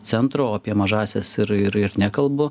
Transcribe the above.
centro o apie mažąsias ir ir ir nekalbu